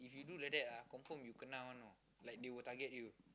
if you do like that [agh] confirm you kena one know like they will target you